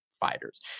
fighters